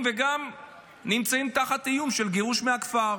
וגם נמצאים תחת איום של גירוש מהכפר,